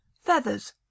feathers